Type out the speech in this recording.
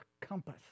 compass